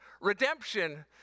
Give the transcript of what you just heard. redemption